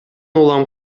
улам